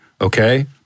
Okay